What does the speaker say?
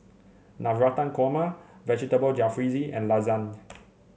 Navratan Korma Vegetable Jalfrezi and Lasagne